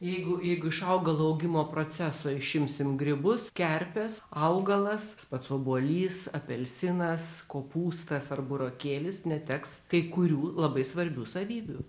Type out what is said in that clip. jeigu jeigu iš augalo augimo proceso išimsim grybus kerpes augalas pats obuolys apelsinas kopūstas ar burokėlis neteks kai kurių labai svarbių savybių